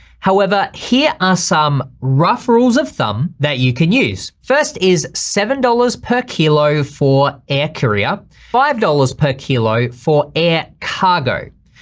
however here are some rough rules of thumb that you can use. first is seven dollars per kilo for air courier, five dollars per kilo for air cargo.